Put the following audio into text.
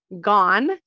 gone